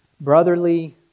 brotherly